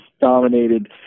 dominated